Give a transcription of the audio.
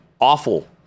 awful